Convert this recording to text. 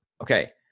Okay